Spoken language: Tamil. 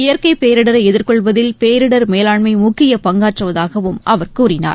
இயற்கை பேரிடரை எதிர்கொள்வதில் பேரிடர் மேலாண்மை முக்கிய பங்காற்றுவதாகவும் அவர் கூறினார்